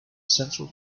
central